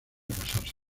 casarse